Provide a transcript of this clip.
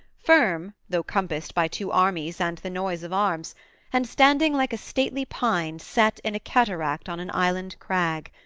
firm though compassed by two armies and the noise of arms and standing like a stately pine set in a cataract on an island-crag,